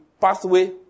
pathway